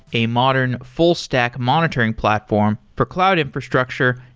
a modern full-stack monitoring platform for cloud infrastructure,